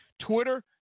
Twitter